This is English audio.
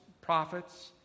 prophets